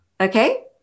Okay